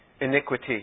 iniquity